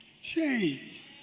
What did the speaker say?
change